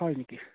হয় নেকি